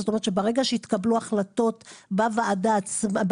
זאת אומרת שברגע שיתקבלו החלטות ברשות עצמה,